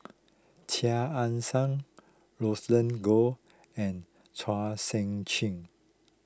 Chia Ann Siang Roland Goh and Chua Sian Chin